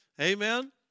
Amen